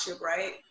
right